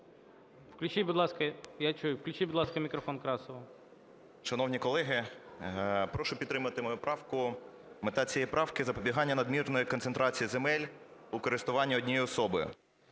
Включіть, будь ласка… Я чую, включіть, будь ласка, мікрофон Красову. 10:43:13 КРАСОВ О.І. Шановні колеги, прошу підтримати мою правку. Мета цієї правки: запобігання надмірної концентрації земель у користуванні однією особою.